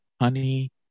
Honey